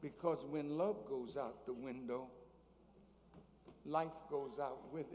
because when love goes out the window life goes with